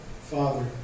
Father